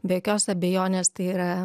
be jokios abejonės tai yra